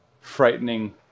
frightening